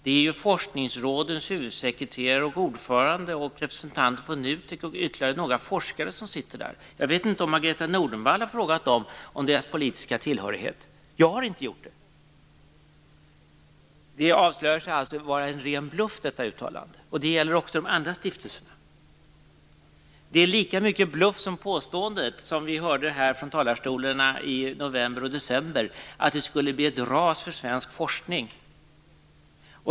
Det är ju forskningsrådens huvudsekreterare och ordförande samt representanter för NUTEK och ytterligare några forskare som sitter med där. Jag vet inte om Margareta Nordenvall har frågat dem om deras politiska tillhörighet. Jag har inte gjort det. Gjorda uttalande visar sig alltså vara en ren bluff. Det gäller också de andra stiftelserna. Uttalandet är lika mycket bluff som de påståenden som gjordes här i talarstolen i november och december om att det skulle bli ett ras för svensk forskning.